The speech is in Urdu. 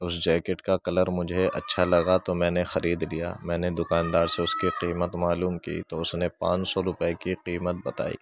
اس جیکٹ کا کلر مجھے اچھا لگا تو میں نے خرید لیا میں نے دوکاندار سے اس كی قیمت معلوم کی تو اس نے پان سو روپے کی قیمت بتائی